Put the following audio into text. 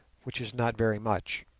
which is not very much.